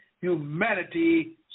humanity